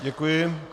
Děkuji.